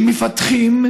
שמפתחים,